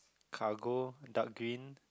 cargo dark green